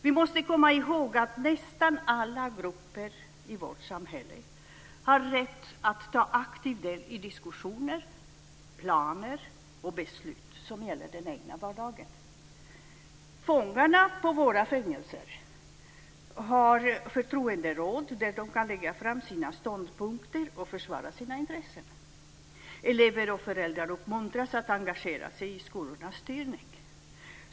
Vi måste komma ihåg att nästan alla grupper i vårt samhälle har rätt att ta aktiv del i diskussioner, planer och beslut som gäller den egna vardagen. Fångarna på våra fängelser har förtroenderåd där de kan lägga fram sina ståndpunkter och försvara sina intressen. Elever och föräldrar uppmuntras att engagera sig i skolornas styrning.